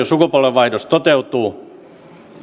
sukupolvenvaihdos toteutuu